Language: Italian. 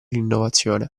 l’innovazione